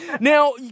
Now